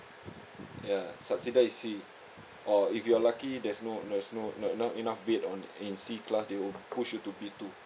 ya subsidised C or if you are lucky there's no there's no not not enough bed on in C class they will push you to B two